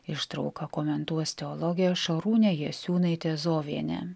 ištrauką komentuos teologija šarūnė jasiūnaitė zovienė